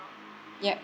yup